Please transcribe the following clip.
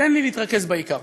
תן לי להתרכז בעיקר.